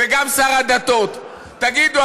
וגם שר הדתות: תגידו,